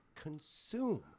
Consume